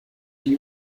die